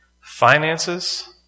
finances